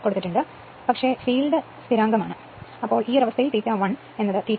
ഇപ്പോൾ എന്നാൽ ഫീൽഡ് സ്ഥിരമാണ് അതിനാൽ ആ സാഹചര്യത്തിൽ ∅1 ∅ 2 ∅